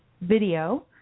video